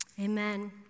Amen